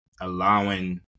allowing